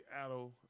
Seattle